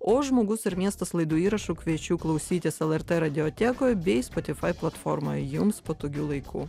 o žmogus ir miestas laidų įrašų kviečiu klausytis lrt radiotekoj bei spotifai platformoje jums patogiu laiku